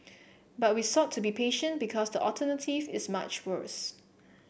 but we thought to be patient because the alternative is much worse